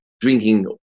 drinking